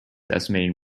estimating